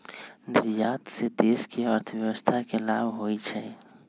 निर्यात से देश के अर्थव्यवस्था के लाभ होइ छइ